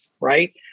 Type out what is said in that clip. right